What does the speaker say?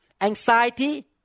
anxiety